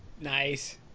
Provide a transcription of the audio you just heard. Nice